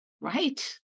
right